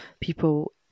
people